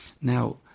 Now